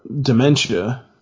dementia